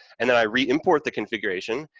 and then i re-import the configuration,